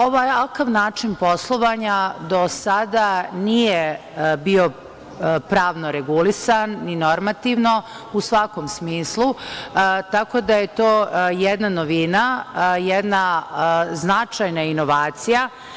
Ovakav način poslovanja do sada nije bio pravno regulisan ni normativno u svakom smislu, tako da je to jedna novina, jedna značajna inovacija.